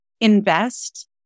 invest